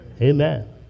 Amen